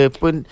pun